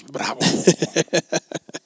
Bravo